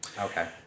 Okay